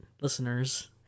listeners